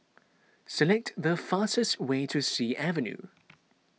select the fastest way to Sea Avenue